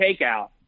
takeout